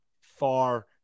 far